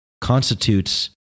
constitutes